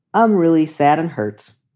i'm really sad and hurts.